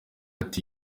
ati